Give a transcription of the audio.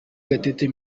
gatete